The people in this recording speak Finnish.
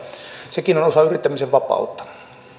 sekin on osa yrittämisen vapautta